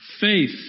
faith